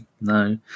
no